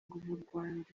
rwanda